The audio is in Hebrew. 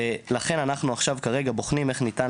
לכן אנחנו עכשיו כרגע בוחנים איך ניתן